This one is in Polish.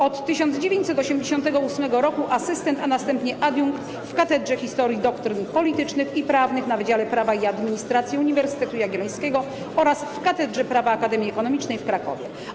Od 1988 r. asystent, a następnie adiunkt w Katedrze Historii Doktryn Politycznych i Prawnych na Wydziale Prawa i Administracji Uniwersytetu Jagiellońskiego oraz w Katedrze Prawa Akademii Ekonomicznej w Krakowie.